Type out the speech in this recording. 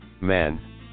man